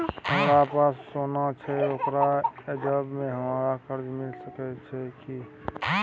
हमरा पास सोना छै ओकरा एवज में हमरा कर्जा मिल सके छै की?